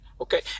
okay